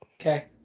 Okay